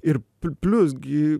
ir plius gi